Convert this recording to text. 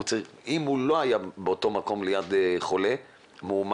אם הוא לא היה באותו מקום ליד חולה מאומת,